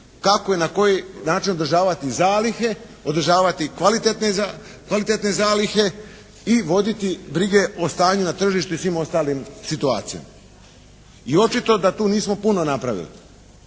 kako i na koji način održavati zalihe, održavati kvalitetne zalihe i voditi brige o stanju na tržištu i svim ostalim situacijama. I očito da tu nismo puno napravili.